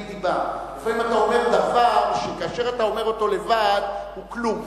לפעמים אתה אומר דבר שכאשר אתה אומר אותו לבד הוא כלום,